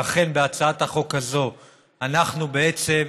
לכן, בהצעת החוק הזאת אנחנו בעצם,